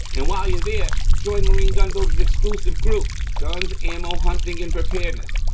and while you're there, join marine gun builder's exclusive group, guns, ammo, hunting, and preparedness.